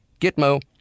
Gitmo